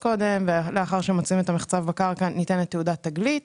ולאחר שמוצאים את המחצב בקרקע ניתנת תעודת תגלית.